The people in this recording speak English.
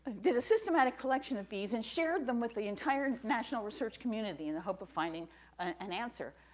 did a systematic collection of bees and shared them with the entire national research community in the hope of finding an answer.